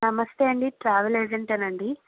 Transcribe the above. నమస్తే అండి ట్రావెల్ ఏజెంటేనా అండి